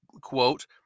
quote